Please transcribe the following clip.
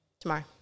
Tomorrow